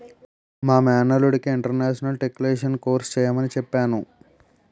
మా మేనల్లుడికి international taxation course చెయ్యమని చెప్పాను